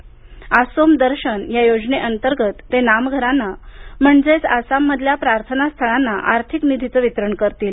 आसोम दर्शन या योजनेअंतर्गत ते नामघरांना म्हणजेच आसाममधल्या प्रार्थना स्थळांना आर्थिक निधीचं वितरण करतील